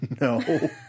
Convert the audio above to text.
no